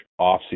offseason